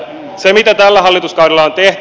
mitä tällä hallituskaudella on tehty